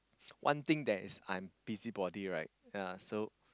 one thing that is I'm busybody right ya so